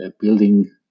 building